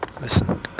Listen